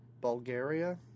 Bulgaria